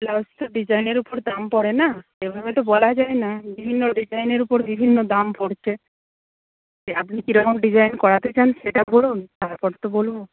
blouse তো ডিজাইনের ওপর দাম পড়ে না এভাবে তো বলা যায় না বিভিন্ন ডিজাইনের ওপর বিভিন্ন দাম পড়ছে আপনি কিরকম ডিজাইন করাতে চান সেটা বলুন তারপর তো বলব